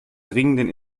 dringenden